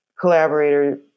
collaborator